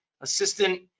assistant